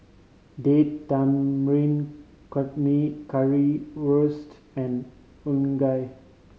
Date Tamarind Chutney Currywurst and